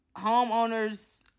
homeowner's